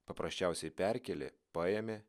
paprasčiausiai perkėlė paėmė